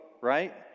right